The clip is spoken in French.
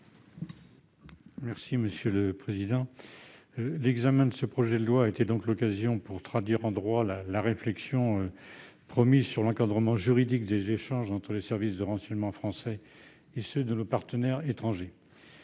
M. Yannick Vaugrenard. L'examen de ce projet de loi était l'occasion de traduire en droit la réflexion promise sur l'encadrement juridique des échanges entre les services de renseignement français et ceux de nos partenaires étrangers.